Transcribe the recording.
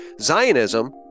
Zionism